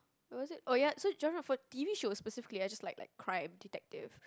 oh is it oh ya so genre for T_V shows specifically I just like like crime and detective